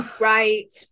Right